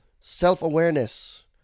self-awareness